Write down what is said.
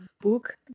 book